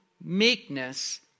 meekness